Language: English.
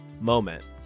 moment